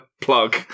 plug